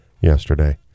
yesterday